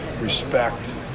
respect